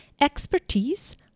expertise